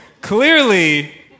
clearly